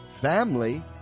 family